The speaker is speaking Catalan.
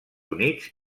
units